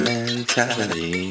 Mentality